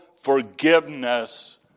forgiveness